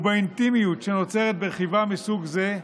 ובאינטימיות שנוצרת ברכיבה מסוג זה,